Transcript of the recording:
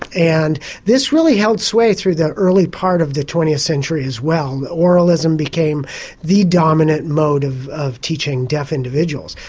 and this really held sway through the early part of the twentieth century as well. oralism became the dominant mode of of teaching deaf individuals.